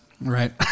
Right